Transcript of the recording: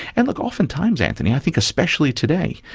and look, oftentimes, antony, i think especially today,